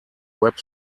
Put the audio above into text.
web